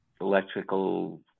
electrical